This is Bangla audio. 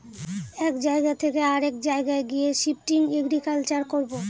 এক জায়গা থকে অরেক জায়গায় গিয়ে শিফটিং এগ্রিকালচার করবো